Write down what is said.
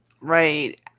Right